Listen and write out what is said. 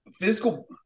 physical